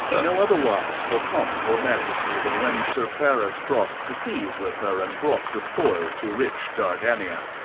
no otherwise for pomp or majesty than when sir paris cross'd the seas with her, and brought the spoils to rich dardania.